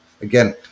again